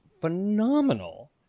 phenomenal